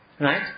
Right